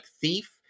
Thief